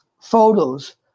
photos